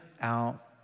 out